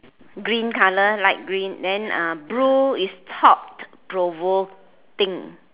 green colour light green then ah blue is thought provoking